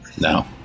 No